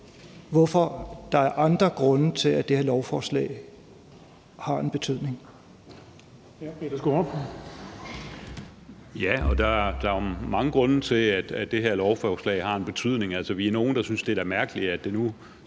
hvorfor der er andre grunde til, at det her lovforslag har en betydning.